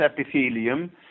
epithelium